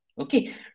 Okay